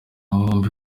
bombi